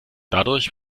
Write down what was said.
dadurch